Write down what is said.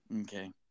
Okay